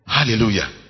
Hallelujah